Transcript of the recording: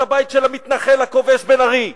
את הבית של המתנחל הכובש בן-ארי,